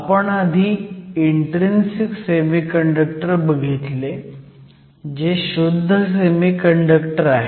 आपण आधी intrinsic semiconductor बघितले जे शुद्ध सेमीकंडक्टर आहेत